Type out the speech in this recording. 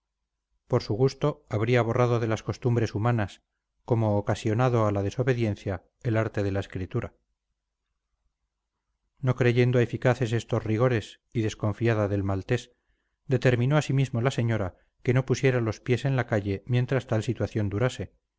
por su gusto habría borrado de las costumbres humanas como ocasionado a la desobediencia el arte de la escritura no creyendo eficaces estos rigores y desconfiada del maltés determinó asimismo la señora que no pusiera los pies en la calle mientras tal situación durase